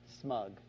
Smug